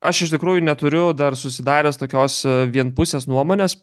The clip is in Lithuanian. aš iš tikrųjų neturiu dar susidaręs tokios vienpusės nuomonės